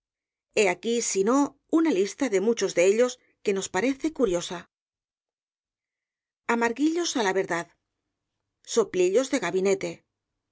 aquí si no una lista de muchos de ellos que nos parece curiosa amarguillos á la verdad soplillos de gabinete